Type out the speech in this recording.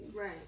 Right